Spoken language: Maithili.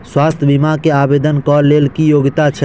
स्वास्थ्य बीमा केँ आवेदन कऽ लेल की योग्यता छै?